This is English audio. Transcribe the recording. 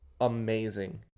amazing